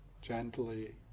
gently